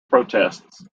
protests